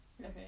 Okay